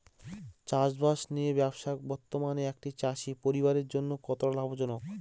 চাষবাষ নিয়ে ব্যবসা বর্তমানে একটি চাষী পরিবারের জন্য কতটা লাভজনক?